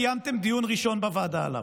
קיימתם דיון ראשון בוועדה עליו.